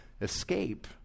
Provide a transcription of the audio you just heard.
escape